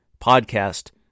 podcast